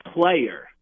player